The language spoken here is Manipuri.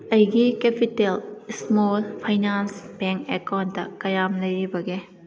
ꯑꯩꯒꯤ ꯀꯦꯄꯤꯇꯦꯜ ꯏꯁꯃꯣꯜ ꯐꯩꯅꯥꯟꯁ ꯕꯦꯡ ꯑꯦꯀꯥꯎꯟꯗ ꯀꯌꯥꯝ ꯂꯩꯔꯤꯕꯒꯦ